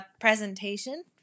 presentation